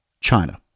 China